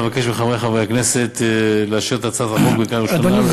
אבקש מחברי חברי הכנסת לאשר את הצעת החוק בקריאה ראשונה,